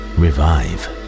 revive